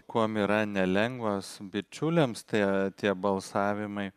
kuom yra nelengvas bičiuliams tie tie balsavimai